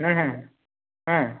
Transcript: ᱦᱮᱸ ᱦᱮᱸ ᱦᱮᱸ